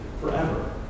forever